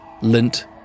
Lint